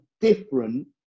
different